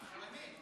למה?